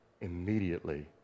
immediately